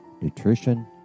nutrition